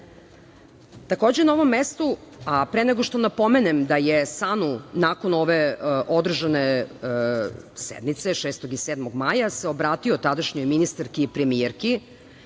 šteta. Takođe, na ovom mestu, a pre nego što napomenem, da je SANU nakon ove održane sednice 6. i 7. maja se obratio tadašnjoj ministarki i premijerki,